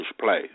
place